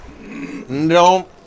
No